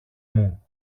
μου